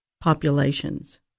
populations